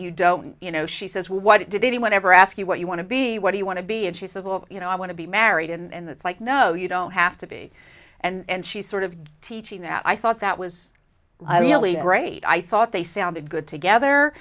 you don't you know she says well what did anyone ever ask you what you want to be what do you want to be and she said well you know i want to be married and that's like no you don't have to be and she sort of teaching that i thought that was really great i thought they sounded good together